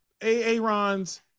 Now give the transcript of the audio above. Aaron's